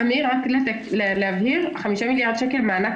אמיר, רק כדי להבהיר 5 מיליארד שקל מענק